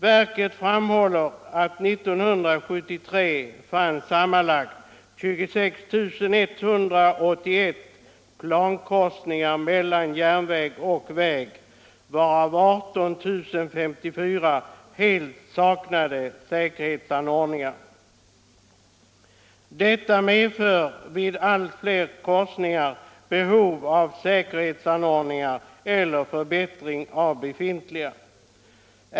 Verket framhåller att det år 1973 fanns sammanlagt 26 181 plankorsningar mellan järnväg och väg, varav 18 054 helt saknade säkerhetsanordningar. Detta medför vid allt fler korsningar behov av säkerhetsanordningar eller förbättring av befintliga.